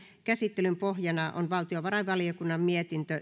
käsittelyn pohjana on valtiovarainvaliokunnan mietintö